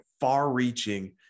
far-reaching